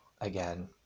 again